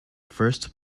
first